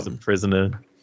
prisoner